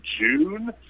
June